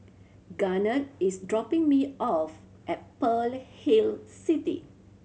Garnett is dropping me off at Pearl Hill City